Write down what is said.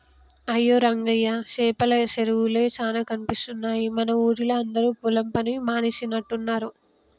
అయ్యో రంగయ్య సేపల సెరువులే చానా కనిపిస్తున్నాయి మన ఊరిలా అందరు పొలం పని మానేసినట్టున్నరు